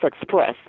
Express